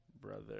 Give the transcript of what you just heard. Brother